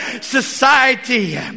society